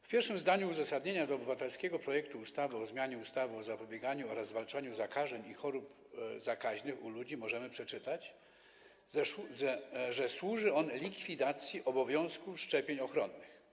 W pierwszym zdaniu uzasadnienia obywatelskiego projektu ustawy o zmianie ustawy o zapobieganiu oraz zwalczaniu zakażeń i chorób zakaźnych u ludzi możemy przeczytać, że służy on likwidacji obowiązku szczepień ochronnych.